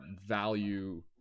value